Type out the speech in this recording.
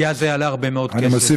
כי אז זה יעלה הרבה מאוד כסף.